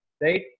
right